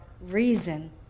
reason